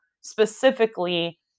specifically